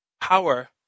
Power